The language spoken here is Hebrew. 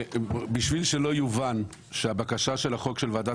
בשביל שלא יובן שהבקשה של החוק של ועדת